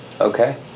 Okay